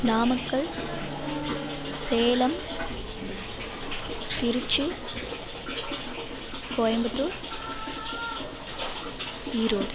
Namakkal Salem Tiruchi Coimbatore Erode